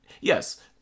Yes